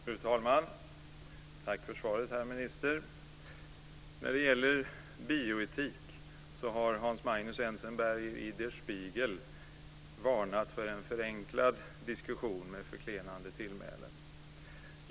Fru talman! Tack för svaret, herr minister. När det gäller bioetik har Hans Magnus Enzensberger i Der Spiegel varnat för en förenklad diskussion med förklenande tillmälen.